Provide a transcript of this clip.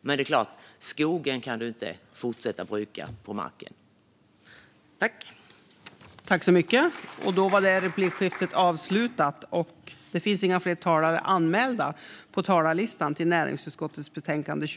Men det är klart: Du kan inte fortsätta att bruka skogen på